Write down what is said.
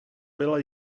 byla